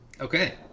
Okay